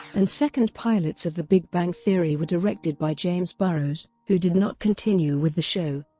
and second pilots of the big bang theory were directed by james burrows, who did not continue with the show.